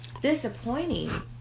disappointing